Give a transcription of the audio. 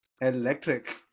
Electric